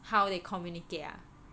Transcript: how they communicate ah